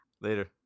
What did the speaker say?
Later